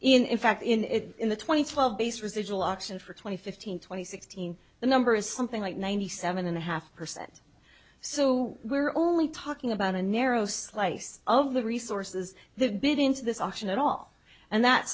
part in fact in the twenty twelve base residual auction for twenty fifteen twenty sixteen the number is something like ninety seven and a half percent so we're only talking about a narrow slice of the resources the bidding to this auction at all and that